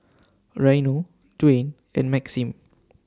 Reino Dwyane and Maxim